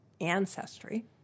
ancestry